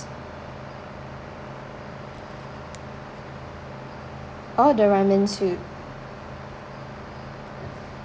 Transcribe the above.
all the ramen soup